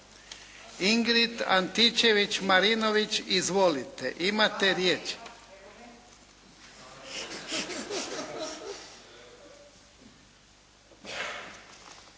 Ingrid Antičević Marinović. Izvolite. **Antičević